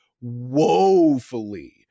woefully